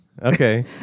Okay